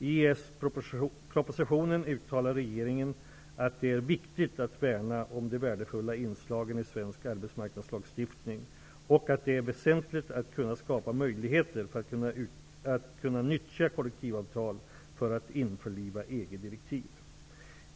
I EES-propositionen uttalar regeringen att det är viktigt att värna om de värdefulla inslagen i svensk arbetsmarknadslagstiftning och att det är väsentligt att kunna skapa möjligheter för att kunna nyttja kollektivavtal för att införliva EG-direktiv.